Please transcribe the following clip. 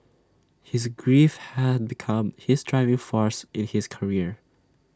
his grief had become his driving force in his career